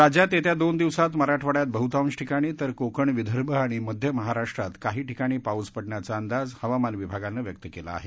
राज्यात येत्या दोन दिवसात मराठवाड्यात बहुतांश ठिकाणी तर कोकण विदर्भ आणि मध्य महाराष्ट्रात काही ठिकाणी पाऊस पडण्याचा अंदाज हवामान विभागानं व्यक्त केला आहे